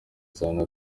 cyane